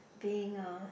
being a